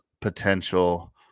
potential